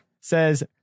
says